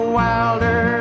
wilder